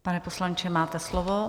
Pane poslanče, máte slovo.